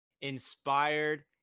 inspired